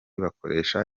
bakoresha